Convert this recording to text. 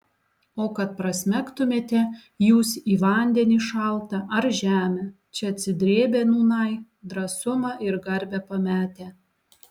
o kad prasmegtumėte jūs į vandenį šaltą ar žemę čia atsidrėbę nūnai drąsumą ir garbę pametę